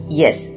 yes